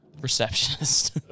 receptionist